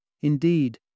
Indeed